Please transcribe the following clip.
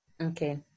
Okay